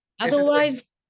Otherwise